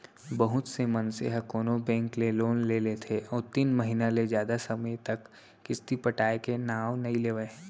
बहुत से मनसे ह कोनो बेंक ले लोन ले लेथे अउ तीन महिना ले जादा समे तक किस्ती पटाय के नांव नइ लेवय